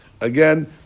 Again